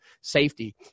safety